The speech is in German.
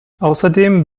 außerdem